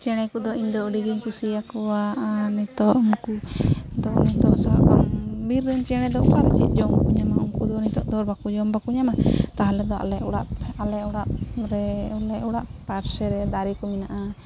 ᱪᱮᱬᱮ ᱠᱚᱫᱚ ᱤᱧᱫᱚ ᱟᱹᱰᱤᱜᱮᱧ ᱠᱩᱥᱤᱭᱟᱠᱚᱣᱟ ᱟᱨ ᱱᱤᱛᱚᱜ ᱩᱱᱠᱚᱫᱚ ᱱᱤᱛᱚᱜ ᱥᱟᱵᱠᱟᱢ ᱵᱤᱨ ᱨᱮᱱ ᱪᱮᱬᱮᱫᱚ ᱚᱠᱟᱨᱮ ᱪᱮᱫ ᱡᱚᱢᱠᱚ ᱧᱟᱢᱟ ᱩᱱᱠᱚᱫᱚ ᱱᱤᱛᱚᱜᱫᱚ ᱟᱨ ᱵᱟᱠᱚ ᱡᱚᱢ ᱵᱟᱠᱚ ᱧᱟᱢᱟ ᱛᱟᱦᱚᱞᱮᱫᱚ ᱟᱞᱮ ᱚᱲᱟᱜ ᱟᱞᱮ ᱚᱲᱟᱜᱨᱮ ᱟᱞᱮ ᱚᱲᱟᱜ ᱯᱟᱥᱮᱨᱮ ᱫᱟᱨᱮᱠᱚ ᱢᱮᱱᱟᱜᱼᱟ